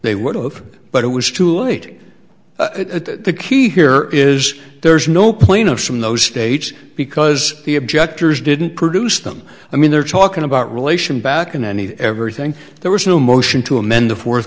over but it was too late that the key here is there's no plaintiff from those states because the objectors didn't produce them i mean they're talking about relation back in any everything there was no motion to amend the fourth